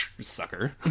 sucker